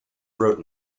road